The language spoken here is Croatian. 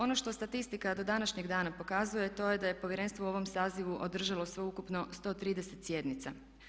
Ono što statistika do današnjeg dana pokazuje, to je da je Povjerenstvo u ovom Sazivu održalo sveukupno 130 sjednica.